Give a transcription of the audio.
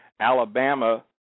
Alabama